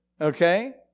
okay